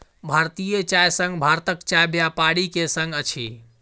भारतीय चाय संघ भारतक चाय व्यापारी के संग अछि